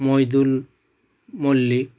Moidul Mallick